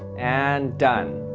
and done